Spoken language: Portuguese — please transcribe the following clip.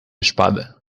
espada